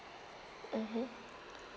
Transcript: mmhmm